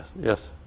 Yes